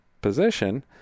position